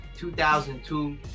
2002